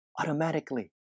automatically